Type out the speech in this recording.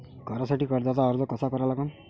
घरासाठी कर्जाचा अर्ज कसा करा लागन?